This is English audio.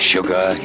Sugar